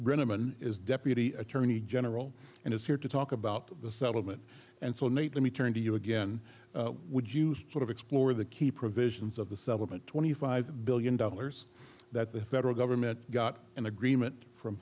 brennaman is deputy attorney general and is here to talk about the settlement and so nate let me turn to you again would use sort of explore the key provisions of the settlement twenty five billion dollars that the federal government got an agreement from